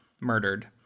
murdered